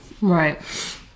right